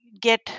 get